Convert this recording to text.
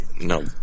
No